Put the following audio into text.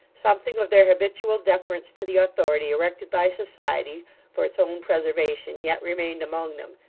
something of their habitual deference to the authority erected by society for its own preservation yet remained among them,